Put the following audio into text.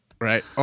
Right